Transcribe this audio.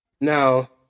Now